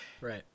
Right